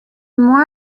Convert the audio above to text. more